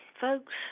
folks